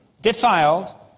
defiled